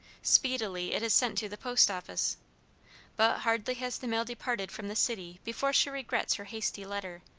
speedily it is sent to the post-office but, hardly has the mail departed from the city before she regrets her hasty letter,